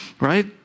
right